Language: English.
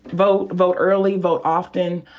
vote vote early. vote often.